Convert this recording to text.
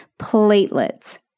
platelets